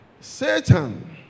Certain